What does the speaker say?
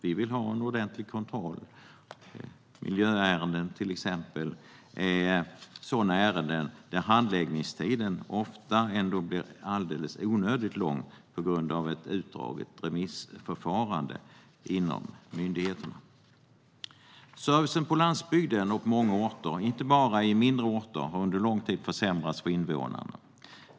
Vi vill ha en ordentlig kontroll av bland annat miljöärenden, där handläggningstiden ofta blir onödigt lång på grund av ett utdraget remissförfarande inom myndigheterna. Servicen på landsbygden och på många orter, inte bara på mindre orter, har under lång tid försämrats för invånarna.